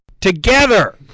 together